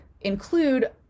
include